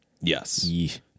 Yes